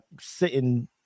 sitting